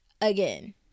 again